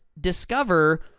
discover